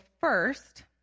first